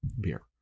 beer